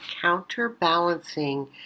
counterbalancing